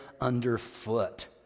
underfoot